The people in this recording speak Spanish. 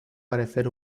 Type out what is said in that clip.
parecer